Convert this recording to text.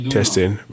Testing